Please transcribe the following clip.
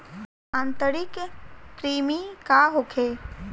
आंतरिक कृमि का होखे?